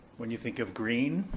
when you think of green,